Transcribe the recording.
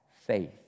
faith